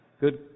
good